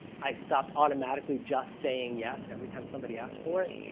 i stopped automatically just saying yes every time somebody asked for it.